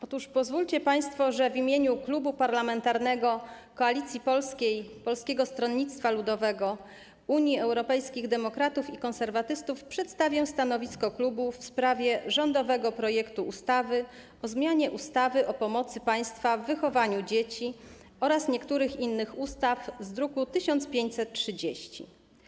Otóż pozwólcie państwo, że w imieniu Klubu Parlamentarnego Koalicja Polska - Polskie Stronnictwo Ludowe, Unia Europejskich Demokratów, Konserwatyści przedstawię stanowisko klubu w sprawie rządowego projektu ustawy o zmianie ustawy o pomocy państwa w wychowywaniu dzieci oraz niektórych innych ustaw z druku nr 1530.